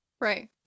Right